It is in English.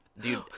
dude